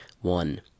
one